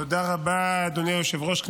תודה רבה, אדוני היושב-ראש.